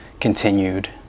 continued